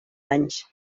anys